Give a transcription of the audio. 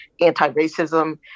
anti-racism